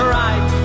right